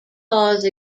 clause